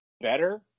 better